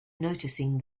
noticing